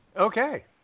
Okay